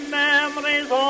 memories